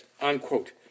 unquote